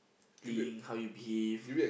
think how you behave